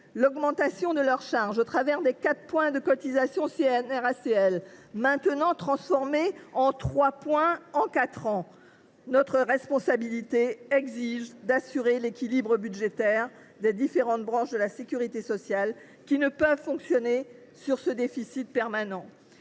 l’augmentation de leurs charges au travers des 4 points de cotisation CNRACL sur trois ans, maintenant transformée en 3 points sur quatre ans. Notre responsabilité exige d’assurer l’équilibre budgétaire des différentes branches de la sécurité sociale, qui ne peuvent fonctionner sur un déficit permanent.